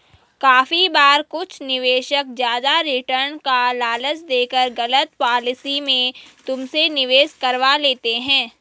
काफी बार कुछ निवेशक ज्यादा रिटर्न का लालच देकर गलत पॉलिसी में तुमसे निवेश करवा लेते हैं